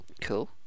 Cool